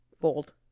Bold